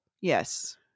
Yes